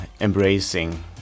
embracing